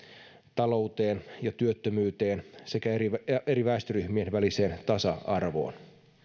talouteen ja työttömyyteen sekä eri eri väestöryhmien väliseen tasa arvoon